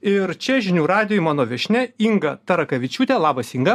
ir čia žinių radijuj mano viešnia inga tarakevičiūtė labas inga